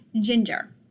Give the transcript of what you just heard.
ginger